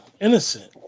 Innocent